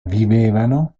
vivevano